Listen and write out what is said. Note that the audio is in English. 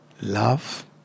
love